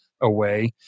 away